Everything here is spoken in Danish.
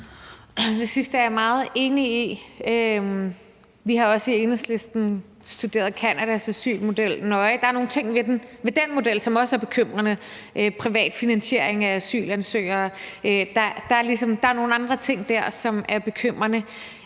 Det sidste er jeg meget enig i. Vi har også i Enhedslisten studeret Canadas asylmodel nøje. Der er nogle ting ved den model, som også er bekymrende, f.eks. privatfinansiering af asylansøgere. Der er nogle andre ting dér, som er bekymrende.